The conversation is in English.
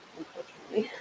unfortunately